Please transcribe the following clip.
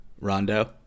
Rondo